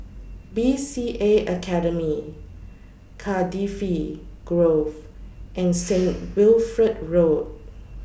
B C A Academy Cardifi Grove and Saint Wilfred Road